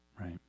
Right